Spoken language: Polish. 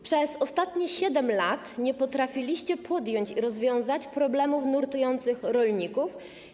Przez ostatnie 7 lat nie potrafiliście rozwiązać problemów nurtujących rolników.